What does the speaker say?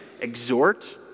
exhort